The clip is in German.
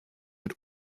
mit